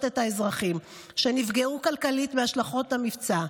את אזרחי ישראל שנפגעו כלכלית מהשלכות המבצע.